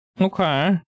okay